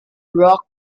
rock